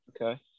Okay